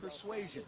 persuasion